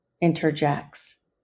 interjects